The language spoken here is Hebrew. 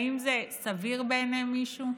האם זה סביר בעיני מישהו?